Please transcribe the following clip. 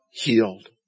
healed